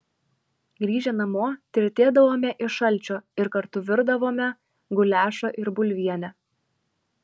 grįžę namo tirtėdavome iš šalčio ir kartu virdavome guliašą ir bulvienę